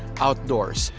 outdoors.